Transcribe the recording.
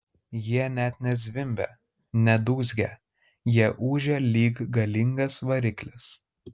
jie net ne zvimbia ne dūzgia jie ūžia lyg galingas variklis